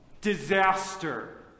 disaster